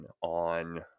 on